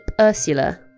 Ursula